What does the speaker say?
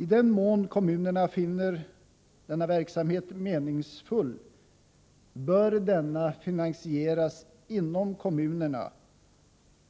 I den mån kommunerna finner denna verksamhet meningsfull bör den finansieras inom kommunerna.